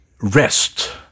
rest